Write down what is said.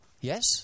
Yes